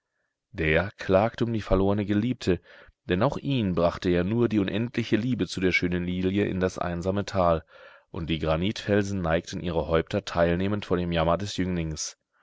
der klagte um die verlorne geliebte denn auch ihn brachte ja nur die unendliche liebe zu der schönen lilie in das einsame tal und die granitfelsen neigten ihre häupter teilnehmend vor dem jammer des jünglings